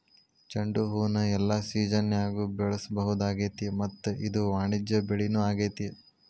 ಚಂಡುಹೂನ ಎಲ್ಲಾ ಸಿಜನ್ಯಾಗು ಬೆಳಿಸಬಹುದಾಗೇತಿ ಮತ್ತ ಇದು ವಾಣಿಜ್ಯ ಬೆಳಿನೂ ಆಗೇತಿ